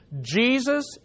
Jesus